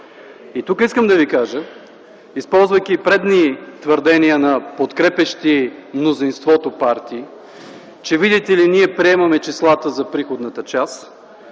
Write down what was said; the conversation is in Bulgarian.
И тук искам да Ви кажа, използвайки предишни твърдения на подкрепящи мнозинството партии, че, виждате ли, ние приемаме числата за приходната част,